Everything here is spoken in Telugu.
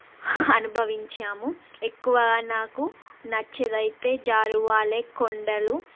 అనుభవించాము ఎక్కవ నాకు నచ్చేది అయితే జారువాలే కొండలు